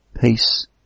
peace